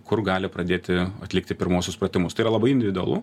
kur gali pradėti atlikti pirmuosius pratimus tai yra labai individualu